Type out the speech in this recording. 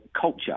culture